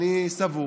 אני סבור